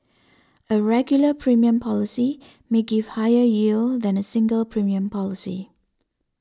a regular premium policy may give higher yield than a single premium policy